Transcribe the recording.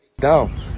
down